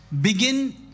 begin